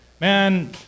man